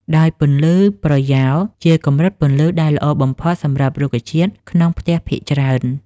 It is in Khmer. ដោយពន្លឺប្រយោល ជាកម្រិតពន្លឺដែលល្អបំផុតសម្រាប់រុក្ខជាតិក្នុងផ្ទះភាគច្រើន។